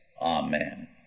amen